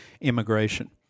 immigration